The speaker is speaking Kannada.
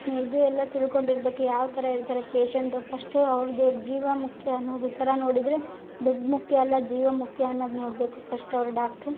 ಇದು ಎಲ್ಲ ತಿಳ್ಕೊಂಡಿರಬೇಕು ಯಾವತರ ಹೇಳ್ತಾರೆ ಪೇಷೆಂಟ್ ಫಸ್ಟು ಅವ್ರದ್ದು ಜೀವ ಮುಖ್ಯ ಅನ್ನೋದು ಥರ ನೋಡಿದರೆ ದುಡ್ಡು ಮುಖ್ಯ ಅಲ್ಲ ಜೀವ ಮುಖ್ಯ ಅನ್ನೋದು ನೋಡಬೇಕು ಫಸ್ಟು ಅವರು ಡಾಕ್ಟ್ರು